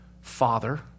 Father